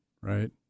right